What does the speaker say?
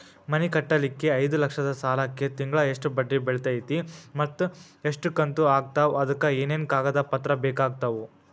ಮನಿ ಕಟ್ಟಲಿಕ್ಕೆ ಐದ ಲಕ್ಷ ಸಾಲಕ್ಕ ತಿಂಗಳಾ ಎಷ್ಟ ಬಡ್ಡಿ ಬಿಳ್ತೈತಿ ಮತ್ತ ಎಷ್ಟ ಕಂತು ಆಗ್ತಾವ್ ಅದಕ ಏನೇನು ಕಾಗದ ಪತ್ರ ಬೇಕಾಗ್ತವು?